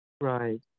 Right